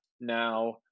Now